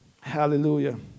Hallelujah